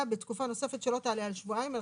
בתקופה נוספת שלא תעלה על שבועיים.